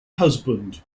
husband